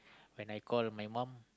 when I call my mom